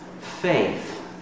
faith